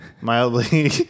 mildly